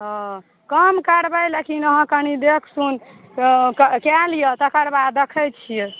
हँ कम करबै लेकिन अहाँ कनी देख सुन कए लियऽ तकर बाद देखै छियै